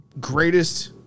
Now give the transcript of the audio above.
greatest